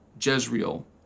Jezreel